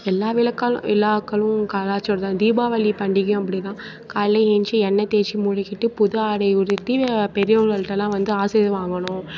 எல்லா விழக்காளும் விழாக்களும் கலாச்சாரம் தீபாவளி பண்டிகையும் அப்படிதான் காலையில் ஏந்ச்சு எண்ணெய் தேய்ச்சி முழுகிவிட்டு புது ஆடை உடுத்தி பெரியவங்கள்ட்டலாம் வந்து ஆசிர் வாங்கணும்